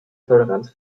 toleranz